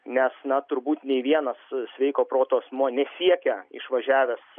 nes na turbūt nei vienas sveiko proto asmuo nesiekia išvažiavęs